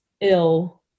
ill